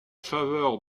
faveur